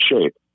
shape